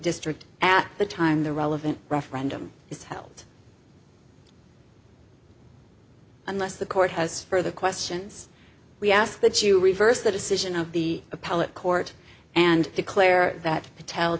district at the time the relevant referendum is held unless the court has further questions we ask that you reverse the decision of the appellate court and declare that patel